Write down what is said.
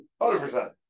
100%